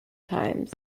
times